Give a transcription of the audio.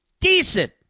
decent